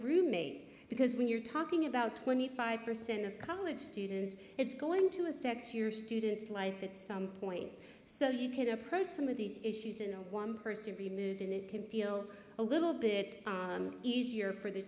roommate because when you're talking about twenty five percent of college students it's going to affect your student's life at some point so you can approach some of these issues in a one person removed and it can feel a little bit easier for the